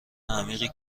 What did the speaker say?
عمیقی